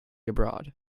abroad